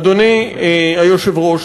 אדוני היושב-ראש,